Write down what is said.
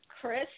Chris